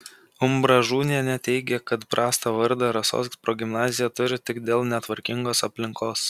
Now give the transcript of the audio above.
umbražūnienė teigė kad prastą vardą rasos progimnazija turi tik dėl netvarkingos aplinkos